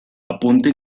apunta